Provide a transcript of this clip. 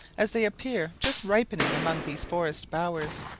as they appeared just ripening among these forest bowers.